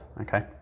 okay